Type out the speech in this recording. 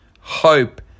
hope